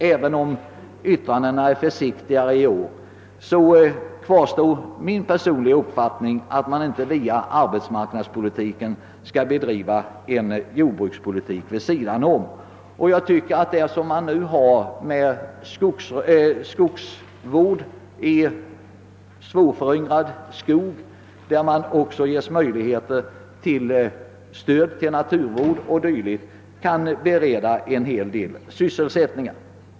Även om yttrandena är försiktigare i år kvarstår min personliga uppfattning att man inte via arbetsmarknadspolitiken skall bedriva en jordbrukspolitik vid sidan om den egentliga jord brukspolitiken. De möjligheter = till skogsvård i svårföryngrad skog som finns liksom möjligheterna att få stöd till naturvård o. d. kan bereda en hel del sysselsättning.